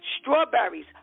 strawberries